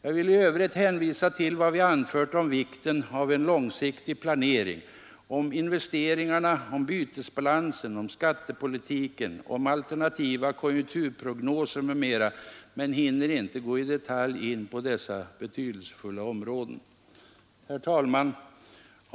Jag vill i övrigt hänvisa till vad vi anfört om vikten av en långsiktig planering, om investeringarna, bytesbalansen, skattepolitiken, alternativa konjunkturprognoser m.m. men hinner inte i detalj gå in på dessa betydelsefulla områden. Herr talman!